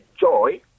joy